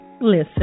listen